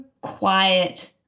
quiet